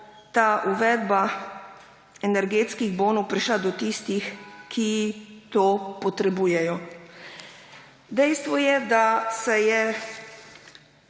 ta uvedba energetskih bonov prišla do tistih, ki to potrebujejo. Dejstvo je, da se je